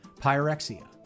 pyrexia